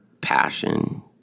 passion